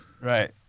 right